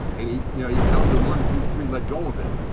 and he you know, he tells you, one, two, three, let go of it.